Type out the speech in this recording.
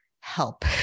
help